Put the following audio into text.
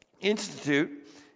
Institute